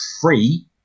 free